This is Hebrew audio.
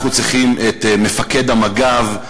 אנחנו צריכים את מפקד המג"ב.